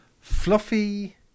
Fluffy